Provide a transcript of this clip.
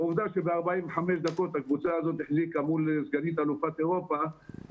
ועובדה ש-45 דקות הקבוצה הזאת החזיקה באפס-אפס מול סגנית אלופת אירופה,